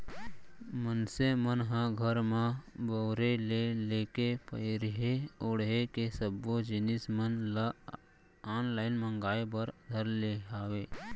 मनसे मन ह घर म बउरे ले लेके पहिरे ओड़हे के सब्बो जिनिस मन ल ऑनलाइन मांगए बर धर ले हावय